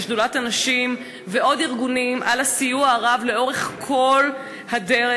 לשדולת הנשים ולעוד ארגונים על הסיוע הרב לאורך כל הדרך.